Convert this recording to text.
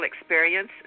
experience